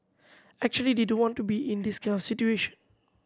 actually they don't want to be in this kind of situation